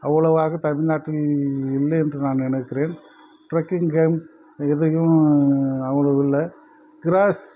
அவ்வளவாக தமிழ் நாட்டில் இல்லை என்று நான் நினைக்கிறேன் ட்ரக்கிங் கேம் இதையும் அவ்வளோ இல்லை க்ராஸ்